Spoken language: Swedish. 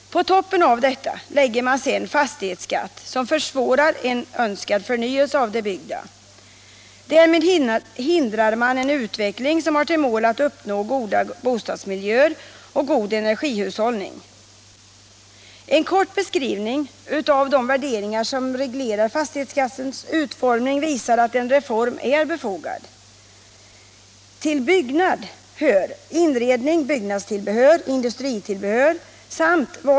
På toppen av allt detta lägger man sedan fastighetsskatt, som försvårar en önskad förnyelse av det byggda. Därmed hindrar man en utveckling som har till mål att uppnå goda bostadsmiljöer och god energihushållning. En kort beskrivning av de värderingar som reglerar fastighetsskattens utformning visar att en reform är befogad.